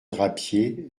drapier